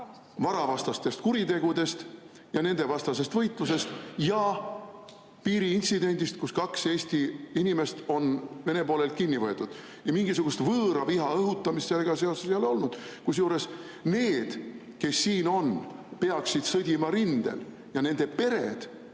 varavastastest kuritegudest ja nendevastasest võitlusest ja piiriintsidendist, kus kaks Eesti inimest on Vene poolelt kinni võetud. Mingisugust võõraviha õhutamist sellega seoses ei ole olnud. Kusjuures need, kes siin on, peaksid sõdima rindel ja nende pered